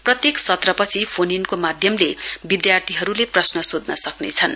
प्रत्येक सत्रपछि फोन इनको माध्यमले विधार्थीहरुले प्रश्न सोध्न सक्नेछन्